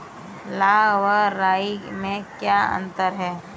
लाह व राई में क्या अंतर है?